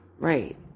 Right